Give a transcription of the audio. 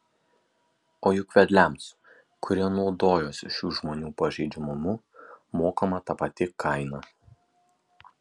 o juk vedliams kurie naudojosi šių žmonių pažeidžiamumu mokama ta pati kaina